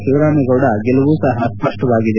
ಶಿವರಾಮೇಗೌಡ ಗೆಲುವು ಸಹ ಸ್ಪಷ್ಷವಾಗಿದೆ